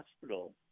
hospital